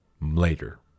later